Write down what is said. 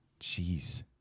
Jeez